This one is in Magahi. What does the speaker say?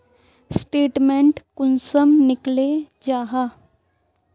स्टेटमेंट कुंसम निकले जाहा?